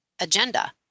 agenda